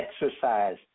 exercise